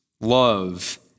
love